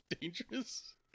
dangerous